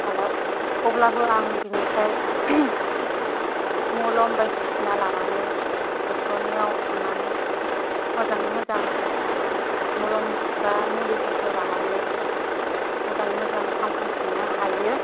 माला अब्लाबो आं बिनिफ्राय मलम बायदिसिना लानानै डक्टरनियाव थांनानै मोजाङै मोजां मलम बा मुलिफोरखौ लानानै दा मोजाङै मोजां हामखांफिननो हायो